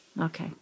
Okay